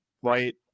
white